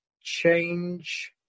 change